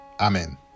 Amen